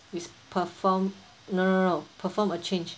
with perform no no no perform a change